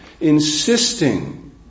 insisting